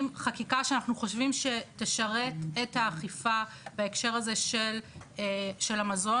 חקיקה שאנחנו חושבים שתשרת את האכיפה בהקשר הזה של המזון.